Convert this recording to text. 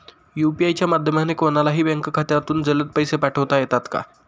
UPI च्या माध्यमाने कोणलाही बँक खात्यामधून जलद पैसे पाठवता येतात का?